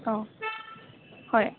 অঁ হয়